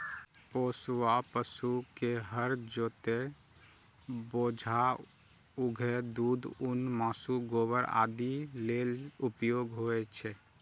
पोसुआ पशु के हर जोतय, बोझा उघै, दूध, ऊन, मासु, गोबर आदि लेल उपयोग होइ छै